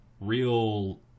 real